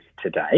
today